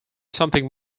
something